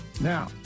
Now